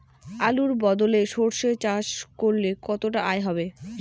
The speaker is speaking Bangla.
আলুর বদলে সরষে চাষ করলে কতটা আয় হবে?